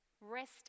rest